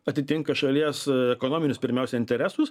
atitinka šalies ekonominius pirmiausia interesus